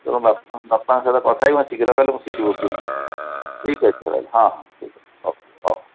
ତେଣୁ ବାପା ବାପାଙ୍କ ସହିତ କଥା ହୋଇକି ମୋତେ ଶୀଘ୍ର କହିଲେ ମୁଁ ସିଟ୍ ବୁକିଂ କରିଦେବି ଠିକ୍ ଅଛି ରହିଲି ହଁ ହଁ ଠିକ୍ ଅଛି ହଉ ହଉ